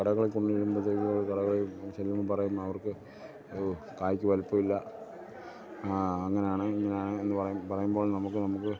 കടകളിൽ കൊണ്ടു ചെല്ലുമ്പം പറയുമ്പോൾ അവർക്ക് കായയ്ക്ക് വലിപ്പമില്ല അങ്ങനെയാണ് ഇങ്ങനെയാണ് എന്നു പറയുമ്പോൾ നമുക്ക് നമുക്ക്